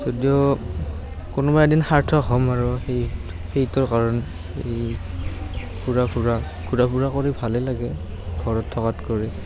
যদিও কোনোবা এদিন সাৰ্থক হ'ম আৰু সেই সেইটোৰ কাৰণে এই ফুৰা ফুৰা ঘুৰা ফুৰা কৰি ভালেই লাগে ঘৰত থকাত কৰি